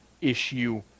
issue